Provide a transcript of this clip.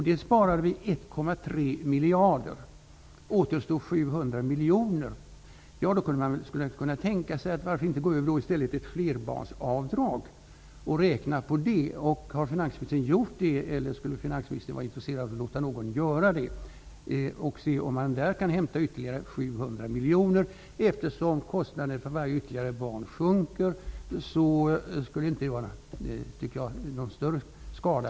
På det sparar vi 1,3 miljarder. Då återstår det 700 miljoner. Då skulle man kunna tänka sig att gå över till ett flerbarnsavdrag och räkna på det. Har finansministern gjort det? Skulle finansministern vara intresserad av att låta någon göra det för att se om vi där kan hämta ytterligare 700 miljoner. Eftersom kostnaden för varje ytterligare barn sjunker tycker jag inte att det skulle leda till någon större skada.